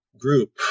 group